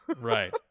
right